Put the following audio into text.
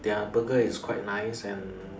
their burger is quite nice and